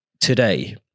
today